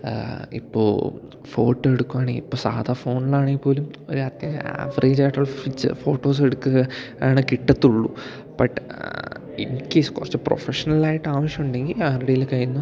ഇപ്പോൾ ഫോട്ടോ എടുക്കുകയാണെങ്കിൽ ഇപ്പം സാധാ ഫോണിലാണെങ്കിൽ പോലും ഒരു അത്യാവശ്യം ആവറേജ് ആയിട്ടുള്ള ഫോട്ടോസ് എടുക്കുക ആണ് കിട്ടത്തുള്ളൂ ബട്ട് ഇൻ കേസ് കുറച്ച് പ്രൊഫഷണൽ ആയിട്ട് ആവശ്യമുണ്ടെങ്കിൽ ആരുടെയെങ്കിലും കൈയ്യിൽനിന്ന്